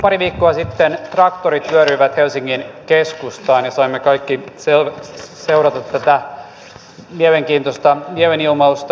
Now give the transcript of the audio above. pari viikkoa sitten traktorit vyöryivät helsingin keskustaan ja saimme kaikki seurata tätä mielenkiintoista mielenilmausta